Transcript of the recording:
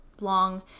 long